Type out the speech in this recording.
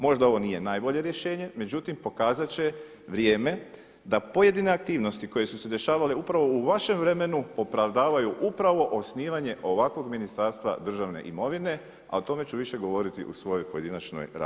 Možda ovo nije najbolje rješenje, međutim pokazat će vrijeme da pojedine aktivnosti koje su se dešavale upravo u vašem vremenu opravdavaju upravo osnivanje ovakvog ministarstva državne imovine, a o tome ću više govoriti u svojoj pojedinačnoj raspravi.